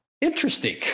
Interesting